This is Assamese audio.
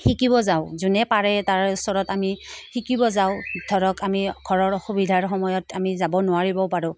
শিকিব যাওঁ যোনে পাৰে তাৰ ওচৰত আমি শিকিব যাওঁ ধৰক আমি ঘৰৰ অসুবিধাৰ সময়ত আমি যাব নোৱাৰিবও পাৰোঁ